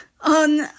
On